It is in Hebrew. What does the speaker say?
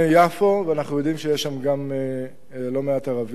יפו, ואנחנו יודעים שיש שם גם לא מעט ערבים,